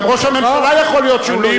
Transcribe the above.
גם ראש הממשלה, יכול להיות שהוא לא יודע.